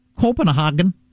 Copenhagen